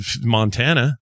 Montana